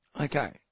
Okay